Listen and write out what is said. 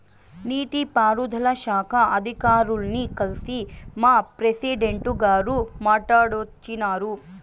నీటి పారుదల శాఖ అధికారుల్ని కల్సి మా ప్రెసిడెంటు గారు మాట్టాడోచ్చినారు